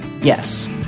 Yes